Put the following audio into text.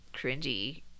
cringy